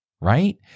right